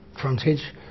frontage